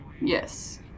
Yes